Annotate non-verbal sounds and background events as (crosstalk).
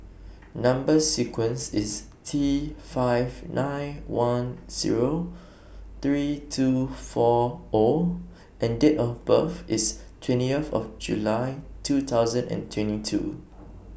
(noise) Number sequence IS T five nine one Zero three two four O and Date of birth IS twenty of of July two thousand and twenty two